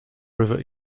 river